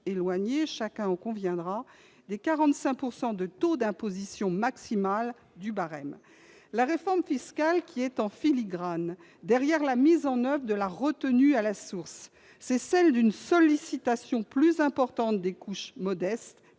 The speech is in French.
éloigné, chacun en conviendra, des 45 % du taux d'imposition maximal du barème ! La réforme fiscale qui se dessine, en filigrane, derrière la mise en oeuvre de la retenue à la source, revient à solliciter de manière plus importante les couches modestes